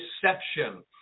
deception